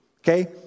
okay